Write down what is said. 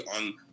on